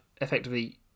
effectively